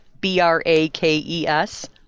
B-R-A-K-E-S